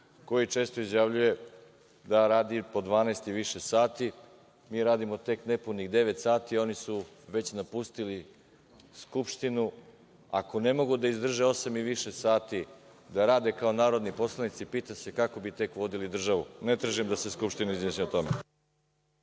koji često izjavljuje da radi i po 12 i više sati. Mi radimo tek nepunih devet sati, oni su već napustili Skupštinu. Ako ne mogu da izdrže osam i više sati da rade kao narodni poslanici, pitam se kako bi tek vodili državu. Ne tražim da se Skupština izjasni o tome.